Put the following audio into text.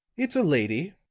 it's a lady,